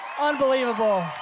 unbelievable